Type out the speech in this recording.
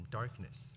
darkness